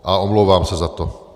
A omlouvám se za to.